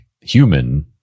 human